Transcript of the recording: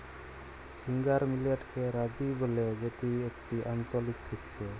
finger মিলেটকে রাজি ব্যলে যেটি একটি আঞ্চলিক শস্য